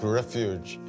refuge